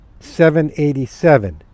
787